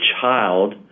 child